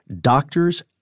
Doctors